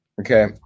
Okay